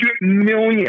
million